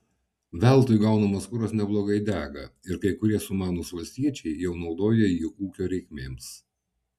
veltui gaunamas kuras neblogai dega ir kai kurie sumanūs valstiečiai jau naudoja jį ūkio reikmėms